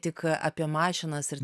tik apie mašinas ir